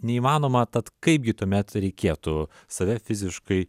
neįmanoma tad kaipgi tuomet reikėtų save fiziškai